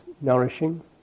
nourishing